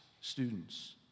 students